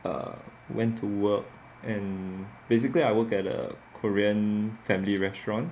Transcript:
err went to work and basically I work at a korean family restaurant